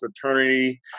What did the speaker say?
fraternity